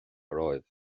romhaibh